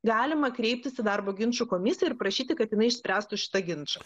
galima kreiptis į darbo ginčų komisiją ir prašyti kad jinai išspręstų šitą ginčą